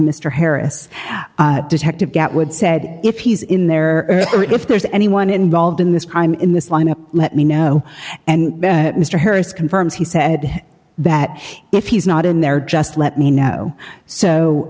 mr harris detective get would say if he's in there or if there's anyone involved in this crime in this lineup let me know and mr harris confirms he said that if he's not in there just let me know so